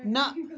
نہَ